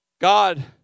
God